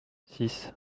six